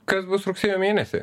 kas bus rugsėjo mėnesį